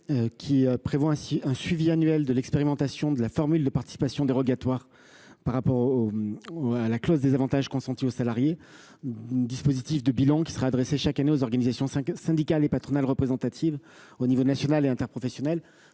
qui prévoyait un suivi annuel de l’expérimentation de la formule de participation dérogatoire par rapport à la règle de l’équivalence des avantages consentis aux salariés. Ce bilan serait adressé chaque année aux organisations syndicales et patronales représentatives au niveau national et interprofessionnel.